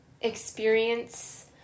experience